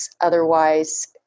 otherwise